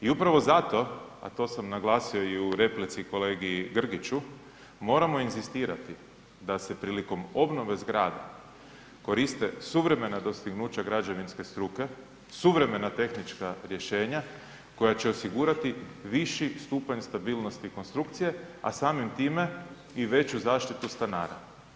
I upravo zato, a to sam naglasio i u replici kolegi Grgiću moramo inzistirati da se prilikom obnove zgrada koriste suvremena dostignuća građevinske struke, suvremena tehnička rješenja koja će osigurati viši stupanj stabilnosti konstrukcije, a samim time i veću zaštitu stanara.